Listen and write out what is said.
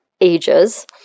ages